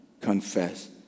confess